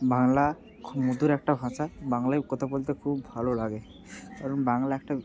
বাংলা খুব মধুর একটা ভাষা বাংলায় কথা বলতে খুব ভালো লাগে কারণ বাংলা একটা